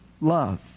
love